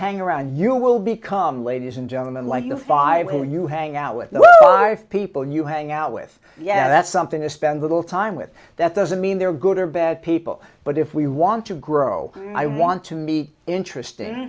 hang around you will become ladies and gentleman like the five where you hang out with the people you hang out with yeah that's something to spend little time with that doesn't mean they're good or bad people but if we want to grow i want to be interesting